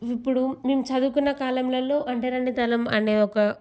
ఇప్పుడు మేం చదువుకున్న కాలంలల్లో అంటరానితలం అనే ఒక